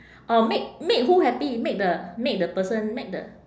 or make make who happy make the make the person make the